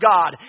God